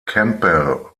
campbell